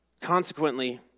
Consequently